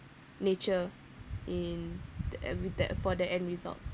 nature in the every da~ for the end result